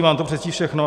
Mám to přečíst všechno?